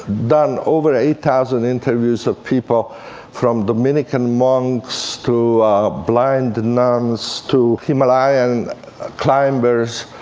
done over eight thousand interviews of people from dominican monks, to blind nuns, to himalayan climbers,